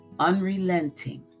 unrelenting